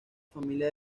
familia